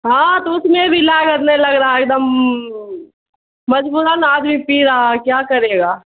ہاں تو اس میں بھی لاگت نہیں لگ رہا ہے ایک دم مجبوراً آدمی پی رہا ہے کیا کرے گا